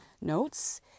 notes